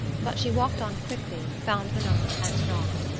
but she walked on quickly, found the number and knocked.